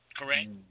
correct